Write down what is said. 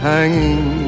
Hanging